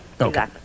Okay